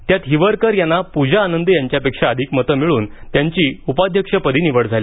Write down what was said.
त्यात हिवरकर यांना पूजा आनंद यांच्यापेक्षा अधिक मतं मिळून त्यांची उपाध्यक्षपदी निवड झाली